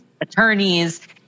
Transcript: attorneys